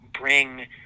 bring